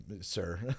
sir